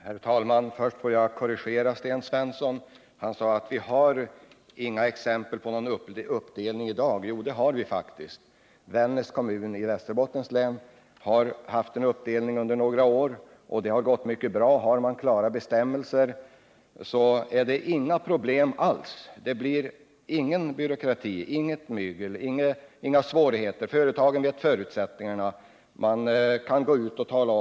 Herr talman! Låt mig först korrigera Sten Svensson. Han sade att vi i dag inte har några exempel på en uppdelning av kommuner. Men det har vi faktiskt. Vännäs kommun i Västerbottens län har varit delad i fråga om regionalpolitiska insatser under några år. Det har gått mycket bra. Har man bara klara bestämmelser, är det inga problem alls med en uppdelning. Det blir ingen byråkrati, inget mygel och inga svårigheter. Företagen känner till förutsättningarna.